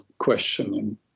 questioning